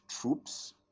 troops